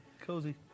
cozy